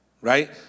Right